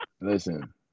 Listen